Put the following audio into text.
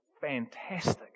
Fantastic